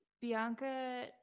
Bianca